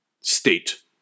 state